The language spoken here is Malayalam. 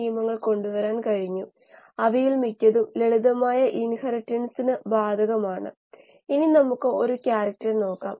വേഗത ഗ്രേഡിയന്റു കളുള്ളിടത്തോളം കാലം ഷിയർ സ്ട്രെസ്സ് ഉണ്ടാകും കോശങ്ങൾ ഷിയർ സ്ട്രെസ്സ് അനുഭവിക്കും